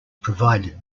provided